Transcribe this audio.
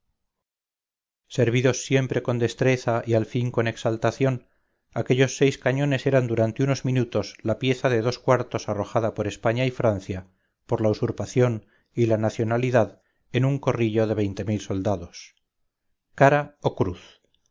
servidos siempre con destreza y al fin con exaltación aquellos seis cañones eran durante unos minutos la pieza de dos cuartos arrojada por españa y francia por la usurpación y la nacionalidad en un corrillo de veinte mil soldados cara o cruz